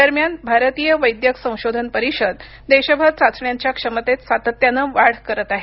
दरम्यान भारतीय वैद्यक संशोधन परिषद देशभर चाचण्यांच्या क्षमतेत सातत्यानं वाढ करत आहे